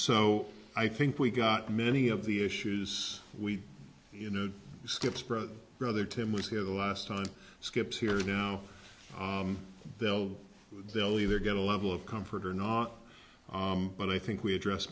so i think we've got many of the issues we you know step spread brother tim was here the last time skips here now they'll they'll either get a level of comfort or not but i think we address